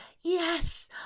Yes